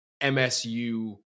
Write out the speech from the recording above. MSU